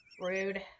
Rude